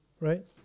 right